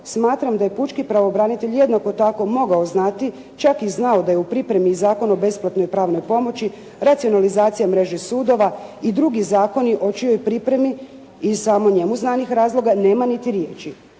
smatram da je pučki pravobranitelj jednako tako mogao znati, čak i znao da je u pripremi Zakon o besplatnoj pravnoj pomoći, racionalizacija mreže sudova i drugi zakoni o čijoj pripremi iz samo njemu znanih razloga nema niti riječi.